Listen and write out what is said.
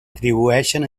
atribueixen